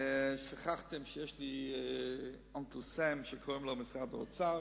שכחתם שיש לי "הדוד סם", שקוראים לו משרד האוצר.